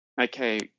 Okay